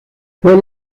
fue